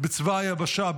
בצבא היבשה.